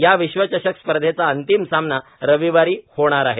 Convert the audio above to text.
या विश्वचषक स्पर्धेचा अंतिम सामना रविवारी होणार आहे